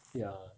ya